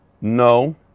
No